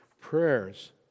prayers